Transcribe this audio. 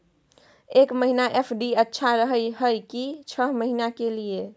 एक महीना एफ.डी अच्छा रहय हय की छः महीना के लिए?